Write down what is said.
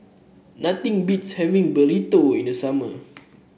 nothing beats having Burrito in the summer